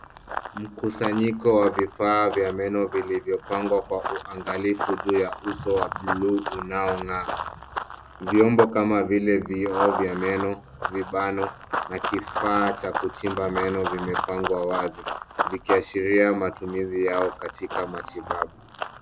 Mkusanyiko wa vifaa vya meno vilivyopangwa kwa uangalifu juu ya uso wa buluu unaong'aa. Vyombo kama vile vioo vya meno, vibano na kifaa cha kuchimba meno vimepangwa wazi vikiashiria matumizi yao katika matibabu.